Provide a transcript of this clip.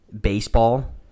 Baseball